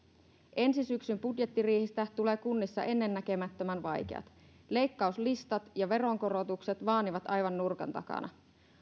ensi syksyn budjettiriihistä tulee kunnissa ennennäkemättömän vaikeat leikkauslistat ja veronkorotukset vaanivat aivan nurkan takana